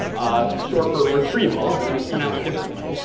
short for retrieval, even though it's pronounced differently.